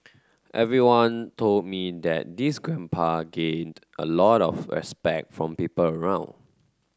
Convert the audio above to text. everyone told me that this grandpa gained a lot of respect from people around